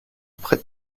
après